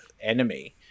enemy